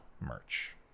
merch